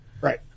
Right